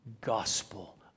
gospel